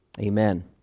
amen